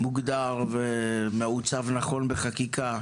שמוגדר ומעוצב נכון בחקיקה,